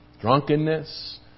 drunkenness